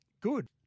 Good